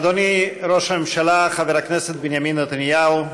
אדוני ראש הממשלה חבר הכנסת בנימין נתניהו,